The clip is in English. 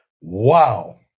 Wow